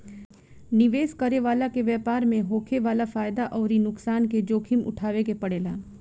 निवेश करे वाला के व्यापार में होखे वाला फायदा अउरी नुकसान के जोखिम उठावे के पड़ेला